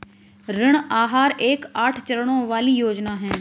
ऋण आहार एक आठ चरणों वाली योजना है